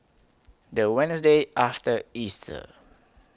The Wednesday after Easter